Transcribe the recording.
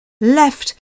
left